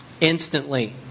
instantly